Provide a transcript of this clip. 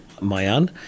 Mayan